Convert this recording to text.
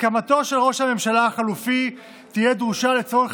הסכמתו של ראש הממשלה החלופי תהיה דרושה לצורך